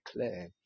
declare